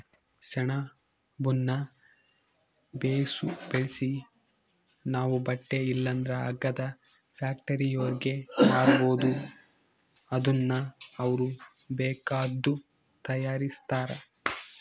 ಸೆಣಬುನ್ನ ಬೇಸು ಬೆಳ್ಸಿ ನಾವು ಬಟ್ಟೆ ಇಲ್ಲಂದ್ರ ಹಗ್ಗದ ಫ್ಯಾಕ್ಟರಿಯೋರ್ಗೆ ಮಾರ್ಬೋದು ಅದುನ್ನ ಅವ್ರು ಬೇಕಾದ್ದು ತಯಾರಿಸ್ತಾರ